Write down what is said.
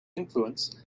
influence